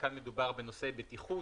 כאן מדובר בנושא בטיחות.